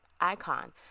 icon